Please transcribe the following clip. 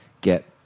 get